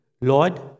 Lord